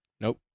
Nope